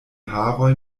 haroj